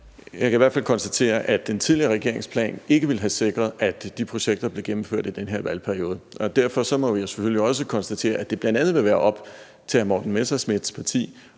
Jeg kan i hvert fald konstatere, at den tidligere regerings plan ikke ville have sikret, at de projekter blev gennemført i den her valgperiode, og derfor må vi jo selvfølgelig også konstatere, at det bl.a. vil være op til hr. Morten Messerschmidts parti